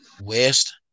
West